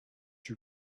you